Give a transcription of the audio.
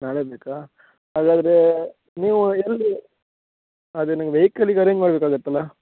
ನಾಳೆ ಬೇಕಾ ಹಾಗಾದ್ರೆ ನೀವು ಎಲ್ಲಿ ಅದೇ ನೀವು ವೈಕಲ್ಲಿಗೆ ಅರೇಂಜ್ ಮಾಡಬೇಕಾಗತ್ತಲ್ಲ